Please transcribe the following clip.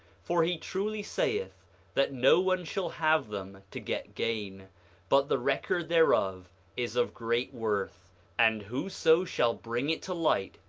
for he truly saith that no one shall have them to get gain but the record thereof is of great worth and whoso shall bring it to light,